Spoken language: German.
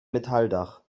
metalldach